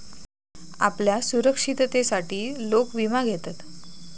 आपल्या सुरक्षिततेसाठी लोक विमा घेतत